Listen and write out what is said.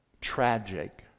tragic